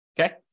Okay